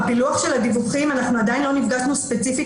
בפילוח של הדיווחים עדיין לא נפגשנו ספציפית